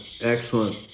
Excellent